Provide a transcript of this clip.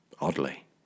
Oddly